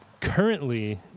Currently